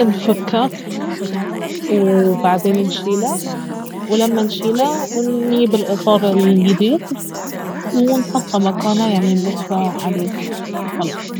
انفكه وبعدين نشيله ولما نشيله نييب الاطار اليديد ونحطه مكانه يعني نلفه عليها وخلاص